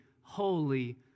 holy